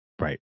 Right